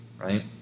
Right